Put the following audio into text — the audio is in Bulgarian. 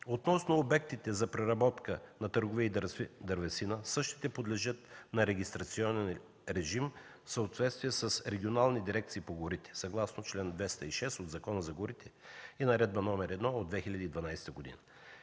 Относно обектите за преработка и търговия с дървесина, същите подлежат на регистрационен режим в съответствие с регионалните дирекции по горите, съгласно чл. 206 от Закона за горите и Наредба № 1 от 2012 г.